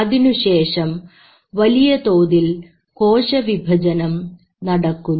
അതിനുശേഷം വലിയതോതിൽ കോശവിഭജനം നടക്കുന്നു